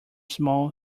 small